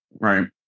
right